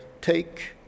take